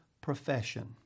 profession